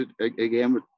again